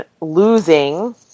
losing